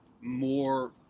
more